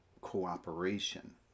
cooperation